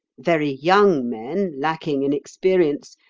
very young men, lacking in experience,